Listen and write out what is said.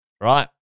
right